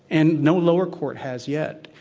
and now lower court has yet.